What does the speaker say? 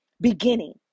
beginning